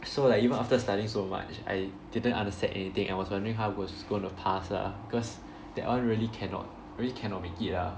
so like even after studying so much I didn't understand anything and was wondering how I was gonna pass ah because there aren't really cannot really cannot make it lah